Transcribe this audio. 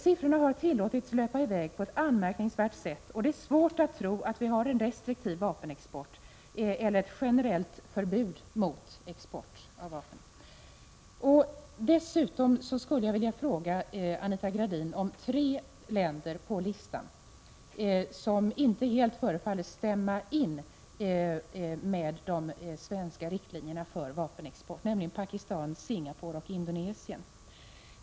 Siffrorna har tillåtits löpa i väg på ett anmärkningsvärt sätt, och det är svårt att tro att vi har en restriktiv vapenexport eller ett generellt förbud mot export av vapen. Jag skulle vilja ställa en fråga till Anita Gradin när det gäller tre stater på listan, som inte helt förefaller ”stämma in” med de svenska riktlinjerna för vapenexport, nämligen Pakistan, Singapore och Indonesien.